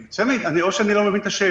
אני לא מבין את השאלה.